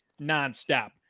nonstop